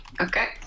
Okay